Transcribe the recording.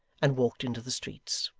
and walked into the streets.